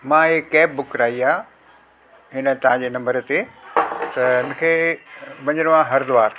मां हिकु cab book कराई आहे इन तव्हांजे नंबर ते त मूंखे वञिणो आहे हरिद्वार